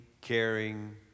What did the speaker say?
caring